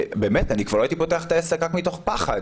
באמת אני כבר לא הייתי פותח את העסק רק מתוך פחד.